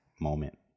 moment